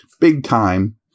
big-time –